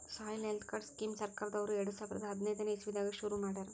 soil health card scheme ಸರ್ಕಾರ್ದವ್ರು ಎರಡ ಸಾವಿರದ್ ಹದನೈದನೆ ಇಸವಿದಾಗ ಶುರು ಮಾಡ್ಯಾರ್